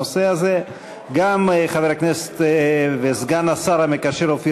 גם חבר הכנסת וסגן השר המקשר אופיר